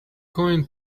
going